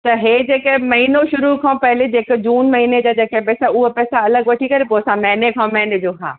त इहो जेके महीनो शुरू खां पहिरियों जेके जून महीने जा जेके पैसा उहा पैसा अलॻि वठी करे पोइ असां महीने खां महीने जो हा